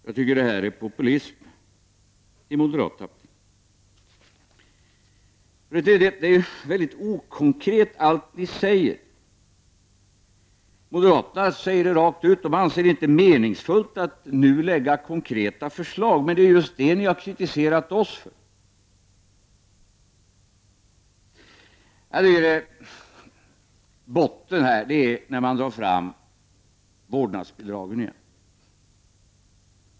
Jag tycker att moderaterna göra sig skyldiga till populism. Allt ni säger är väldigt okonkret. Moderaterna säger rakt ut att de inte anser det vara meningsfullt att nu lägga fram konkreta förslag, men det är just det som ni har kritiserat oss socialdemokrater för. Det är botten när man återigen drar fram vårdnadsbidraget.